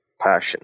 passion